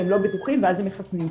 והם לא בטוחים ואז הם מחסנים.